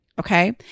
Okay